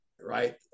right